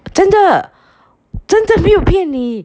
真的真的没有骗你